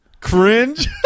Cringe